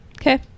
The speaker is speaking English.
okay